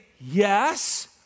yes